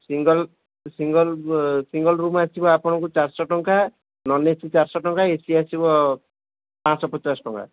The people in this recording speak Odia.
ସିଙ୍ଗଲ ସିଙ୍ଗଲ ସିଙ୍ଗଲ ରୁମ୍ ଆସିବ ଆପଣଙ୍କୁ ଚାରିଶହ ଟଙ୍କା ନନ୍ ଏ ସି ଚାରିଶହ ଟଙ୍କା ଏସି ଆସିବ ପାଞ୍ଚ ଶହ ପଚାଶ ଟଙ୍କା